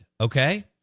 okay